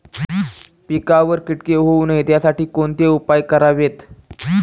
पिकावर किटके होऊ नयेत यासाठी कोणते उपाय करावेत?